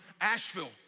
Asheville